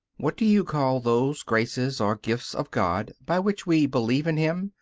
what do you call those graces or gifts of god by which we believe in him,